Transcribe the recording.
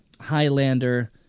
Highlander